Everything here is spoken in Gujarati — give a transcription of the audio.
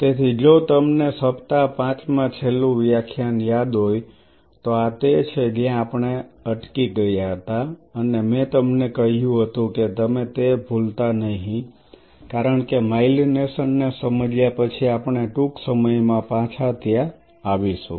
તેથી જો તમને સપ્તાહ 5 માં છેલ્લું વ્યાખ્યાન યાદ હોય તો આ તે છે જ્યાં આપણે અટકી ગયા હતા અને મેં તમને કહ્યું હતું કે તમે તે ભૂલતા નહિ કારણ કે માઇલિનેશન ને સમજ્યા પછી આપણે ટૂંક સમયમાં પાછા ત્યાં આવીશું